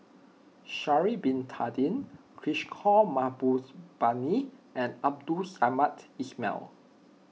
Sha'ari Bin Tadin Kishore Mahbubani and Abdul Samad Ismail